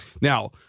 Now